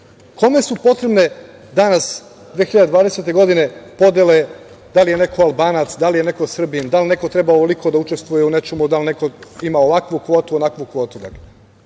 su potrebne danas 2020. godine podele da li je neko Albanac, da li je neko Srbin, da li neko treba ovoliko da učestvuje u nečemu, da li neko ima ovakvu kvotu, onakvu kvotu? Kome